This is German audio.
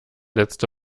letzte